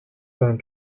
sein